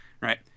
right